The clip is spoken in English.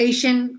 Asian